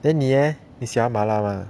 then 你 eh 你喜欢麻辣 mah